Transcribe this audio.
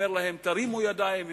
אומר להם: תרימו ידיים.